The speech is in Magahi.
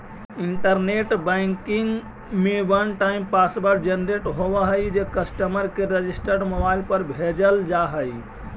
इंटरनेट बैंकिंग में वन टाइम पासवर्ड जेनरेट होवऽ हइ जे कस्टमर के रजिस्टर्ड मोबाइल पर भेजल जा हइ